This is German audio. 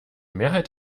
mehrheit